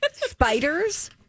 Spiders